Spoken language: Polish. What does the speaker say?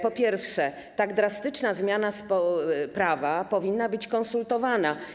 Po pierwsze, tak drastyczna zmiana prawa powinna być konsultowana.